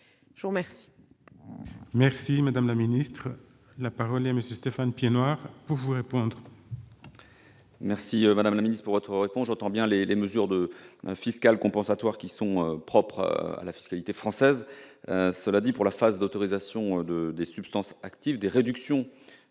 Je vous remercie